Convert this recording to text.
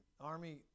Army